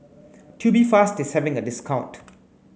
Tubifast is having a discount